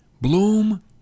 Bloom